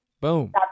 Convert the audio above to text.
Boom